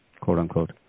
quote-unquote